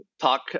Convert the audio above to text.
talk